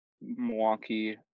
Milwaukee